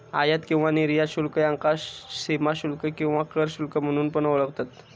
आयात किंवा निर्यात शुल्क ह्याका सीमाशुल्क किंवा कर शुल्क म्हणून पण ओळखतत